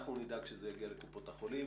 אנחנו נדאג שזה יגיע לקופות החולים,